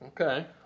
Okay